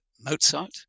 Mozart